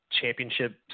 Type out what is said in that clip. championship